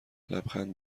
لبخند